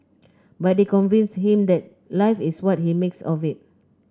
but they convinced him that life is what he makes of it